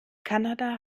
kanada